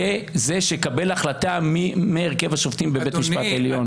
יהיה זה שיקבל החלטה מי הרכב השופטים בבית המשפט העליון?